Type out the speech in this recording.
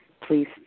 Please